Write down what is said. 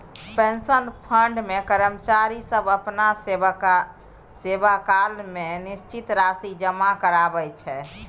pension fund मे कर्मचारी सब अपना सेवाकाल मे निश्चित राशि जमा कराबै छै